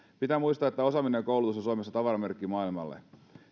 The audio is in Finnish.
pitää muistaa että osa menee koulutus osaamis ja tavaramerkkimaailmalle